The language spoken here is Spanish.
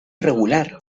irregular